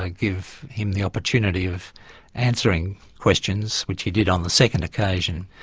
ah give him the opportunity of answering questions, which he did on the second occasion.